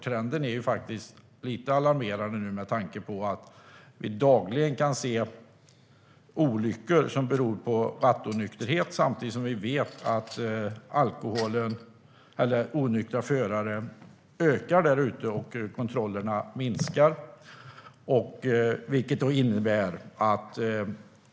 Trenden är nämligen lite alarmerande nu med tanke på att vi dagligen kan se olyckor som beror på rattonykterhet, samtidigt som vi vet att antalet onyktra förare ökar därute medan kontrollerna minskar.